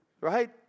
Right